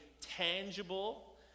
tangible